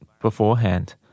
beforehand